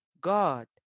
God